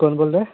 کون بول رہے ہیں